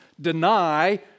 deny